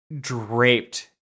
draped